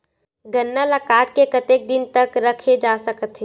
गन्ना ल काट के कतेक दिन तक रखे जा सकथे?